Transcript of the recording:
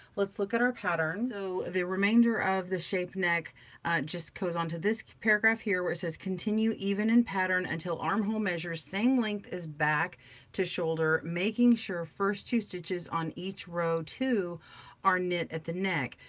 let's look at our pattern. so the remainder of the shape neck just goes on to this paragraph here, where it says continue even in pattern until armhole measures same length as back to shoulder, making sure first two stitches on each row two are knit at the neck.